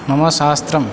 मम शास्त्रं